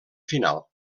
final